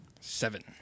Seven